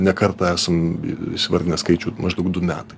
ne kartą esam įsivardinę skaičių maždaug du metai